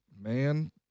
Man